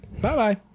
Bye-bye